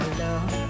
love